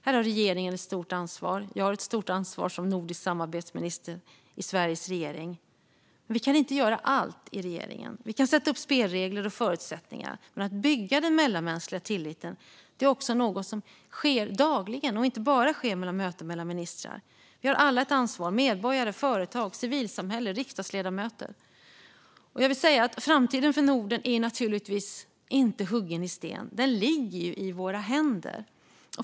Här har regeringen ett stort ansvar, och jag har ett stort ansvar som nordisk samarbetsminister i Sveriges regering. Men vi kan inte göra allt i regeringen. Vi kan sätta upp spelregler och förutsättningar, men byggandet av den mellanmänskliga tilliten är något som sker dagligen och inte bara i möten mellan ministrar. Vi har alla ett ansvar - medborgare, företag, civilsamhälle och riksdagsledamöter. Framtiden för Norden är naturligtvis inte huggen i sten. Den ligger i våra händer.